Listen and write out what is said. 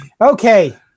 okay